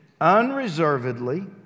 unreservedly